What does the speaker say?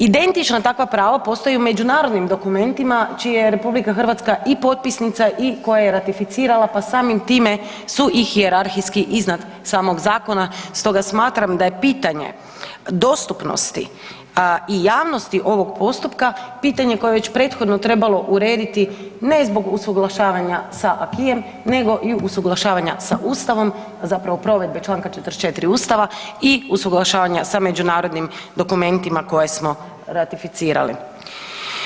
Identično takvo pravo postoji i u međunarodnim dokumentima čiji je RH i potpisnica i koja je ratificirala, pa samim time su i hijerarhijski iznad samog zakona, stoga smatram da je pitanje dostupnosti i javnosti ovog postupka, pitanje koje je već prethodno trebalo urediti, ne zbog usuglašavanja sa ... nego i usuglašavanja sa Ustavom, zapravo provedbe čl. 44 Ustava i usuglašavanja sa međunarodnim dokumentima koje smo ratificirali.